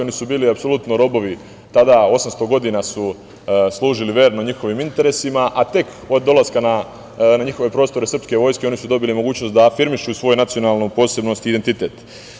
Oni su bili apsolutno robovi, 800 godina su služili verno njihovim interesima, a tek od dolaska na njihove prostore srpske vojske oni su dobili mogućnost da afirmišu svoju nacionalnu posebnost i identitet.